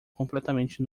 completamente